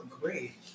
Great